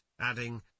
adding